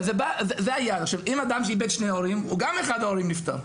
אם אדם איבד שני הורים, גם אחד ההורים נפטר.